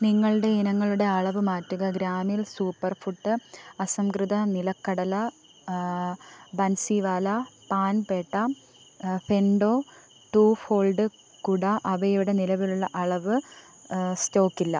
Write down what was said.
നിങ്ങളുടെ ഇനങ്ങളുടെ അളവ് മാറ്റുക ഗ്രാമിൽ സൂപ്പർ ഫുഡ് അസംസ്കൃത നിലക്കടല ബൻസിവാല പാൻ പേട്ട ഫെൻഡോ ടു ഫോൾഡ് കുട അവയുടെ നിലവിലുള്ള അളവ് സ്റ്റോക്കില്ല